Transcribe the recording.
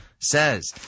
says